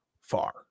far